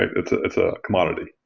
it's ah it's a commodity